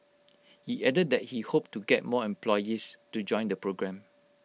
he added that he hoped to get more employees to join the programme